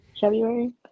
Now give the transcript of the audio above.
February